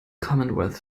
commonwealth